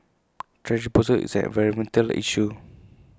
thrash disposal is an environmental issue